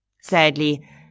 Sadly